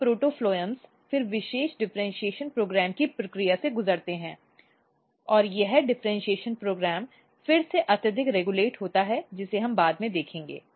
ये प्रोटोफ्लोम फिर विशेष डिफ़र्इन्शीएशन कार्यक्रम की प्रक्रिया से गुजरते हैं और यह डिफ़र्इन्शीएशन कार्यक्रम फिर से अत्यधिक रेगुलेटेड होता है जिसे हम बाद में देखेंगे